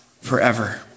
forever